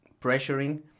pressuring